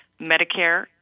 Medicare